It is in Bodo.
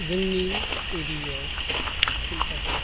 जोंनि एरियायाव फिल्टारखौ